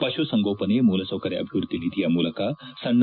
ಪಶುಸಂಗೋಪನೆ ಮೂಲಸೌಕರ್ಯ ಅಭಿವೃದ್ದಿ ನಿಧಿಯ ಮೂಲಕ ಸಣ್ಣ